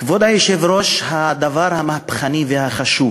כבוד היושב-ראש, הדבר המהפכני והחשוב